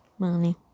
Money